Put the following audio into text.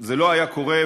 זה לא היה קורה,